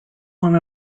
one